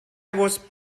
was